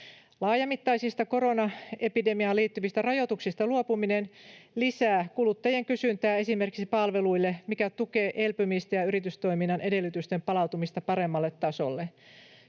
Laajamittaisista koronaepidemiaan liittyvistä rajoituksista luopuminen lisää kuluttajien kysyntää esimerkiksi palveluille, mikä tukee elpymistä ja yritystoiminnan edellytysten palautumista paremmalle tasolle.